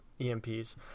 emps